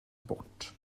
bort